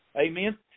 Amen